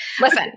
Listen